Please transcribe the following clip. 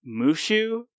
Mushu